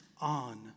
on